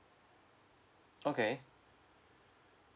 okay